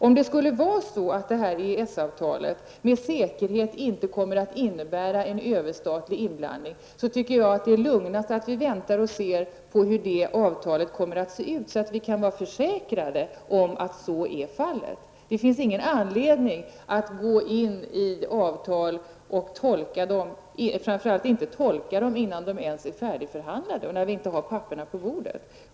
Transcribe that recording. Om det vore så att detta EES-avtal med säkerhet inte kommer att innebära en överstatlig inblandning tycker jag att det vore lugnast att vänta och se hur det avtalet kommer att se ut, så att vi kan vara säkra på att så blir fallet. Det finns ingen anledning att gå in i avtal och framför allt inte att tolka dem innan de ens är färdigförhandlade och vi inte har pappren på bordet.